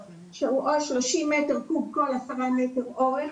שהוא או 30 מטר קוב כל 10 מטר אורך,